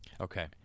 Okay